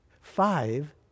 Five